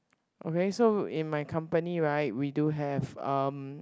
okay so in my company right we do have um